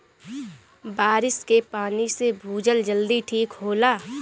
बारिस के पानी से भूजल जल्दी ठीक होला